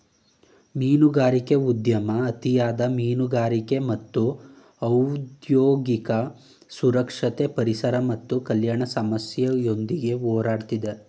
ಮೀನುಗಾರಿಕೆ ಉದ್ಯಮ ಅತಿಯಾದ ಮೀನುಗಾರಿಕೆ ಮತ್ತು ಔದ್ಯೋಗಿಕ ಸುರಕ್ಷತೆ ಪರಿಸರ ಮತ್ತು ಕಲ್ಯಾಣ ಸಮಸ್ಯೆಯೊಂದಿಗೆ ಹೋರಾಡ್ತಿದೆ